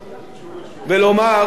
ושוב.